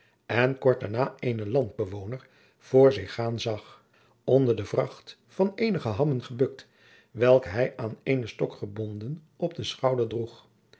en kort daarna eenen landbewoner voor zich gaan zag onder de vracht van eenige hammen gebukt welke hij aan eenen stok gebonden op den schouder droeg